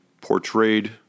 portrayed